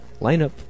lineup